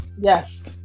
Yes